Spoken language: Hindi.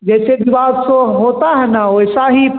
जैसे विवाह उत्सव होता है ना वैसा ही